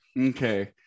okay